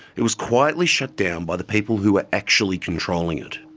it was quietly shut down by the people who were actually controlling it.